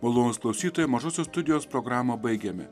malonūs klausytojai mažosios studijos programą baigiame